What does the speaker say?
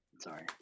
sorry